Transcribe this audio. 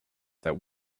that